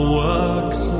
works